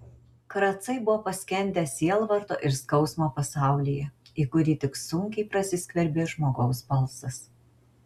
kracai buvo paskendę sielvarto ir skausmo pasaulyje į kurį tik sunkiai prasiskverbė žmogaus balsas